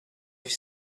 have